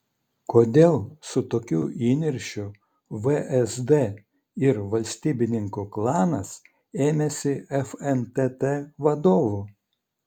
kodėl su tokiu įniršiu vsd ir valstybininkų klanas ėmėsi fntt vadovų